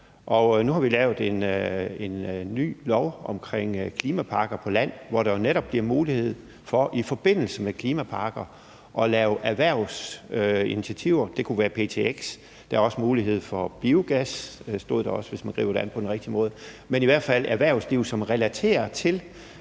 nu har vi lavet en ny lov omkring klimaparker på land, hvor der jo netop bliver mulighed for at lave erhvervsinitiativer. Det kunne være ptx, og der også mulighed for biogas, hvis man griber det an på den rigtige måde, men det gælder i hvert fald erhvervsliv, som relaterer til